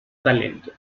talento